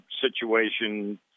situation